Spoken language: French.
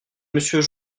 monsieur